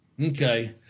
Okay